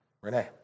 Renee